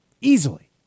easily